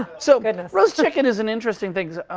so roast chicken is an interesting thing.